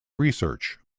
research